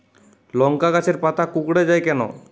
লংকা গাছের পাতা কুকড়ে যায় কেনো?